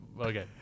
okay